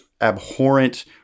abhorrent